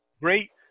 Great